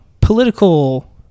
political